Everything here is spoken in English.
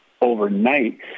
overnight